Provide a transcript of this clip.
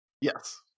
Yes